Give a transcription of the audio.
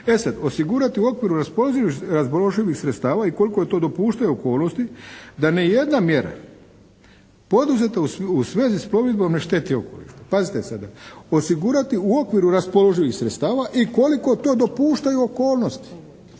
se ne razumije./… raspoloživih sredstava i koliko to dopuštaju okolnosti da ne jedna mjera poduzeta u svezi s plovidbom ne šteti okolišu. Pazite sada, osigurati u okviru raspoloživih sredstava i koliko to dopuštaju okolnosti.